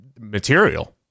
material